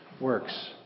works